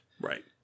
Right